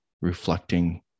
reflecting